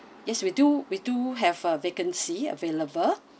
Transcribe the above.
yes we do we do have a vacancy available